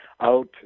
out